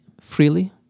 freely